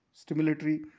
Stimulatory